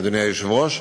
אדוני היושב-ראש,